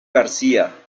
garcía